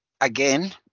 again